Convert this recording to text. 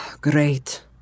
Great